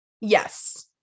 Yes